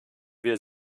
wir